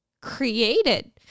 created